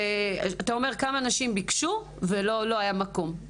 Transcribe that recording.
אתה שואל כמה נשים ביקשו ולא היה מקום.